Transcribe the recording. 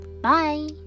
Bye